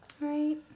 Right